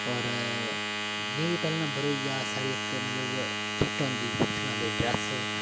होर जि'यां कि पैह्ले नम्बर होई गेआ साढ़ी इक मतलब किट होंदी उसी गलांदे ड्रेस